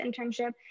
internship